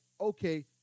okay